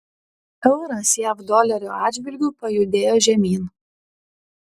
euras jav dolerio atžvilgiu pajudėjo žemyn